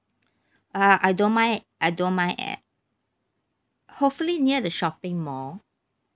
uh I don't mind I don't mind eh hopefully near the shopping mall